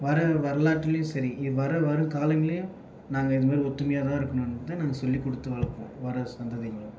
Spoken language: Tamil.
வர வரலாற்றுலையும் சரி வர வருங்காலங்கள்லையும் நாங்கள் இதுமாதிரி ஒற்றுமையாதான் இருக்கணும்னு தான் நாங்கள் சொல்லிக் கொடுத்து வளர்ப்போம் வர சந்ததிங்களை